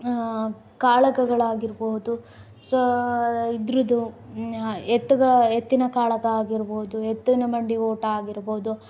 ಕಾಳಗಗಳಾಗಿರಬಹುದು so ಇದರದ್ದು ಎತ್ತುಗ ಎತ್ತಿನ ಕಾಳಗ ಆಗಿರಬಹುದು ಎತ್ತಿನಬಂಡಿ ಓಟ ಆಗಿರಬಹುದು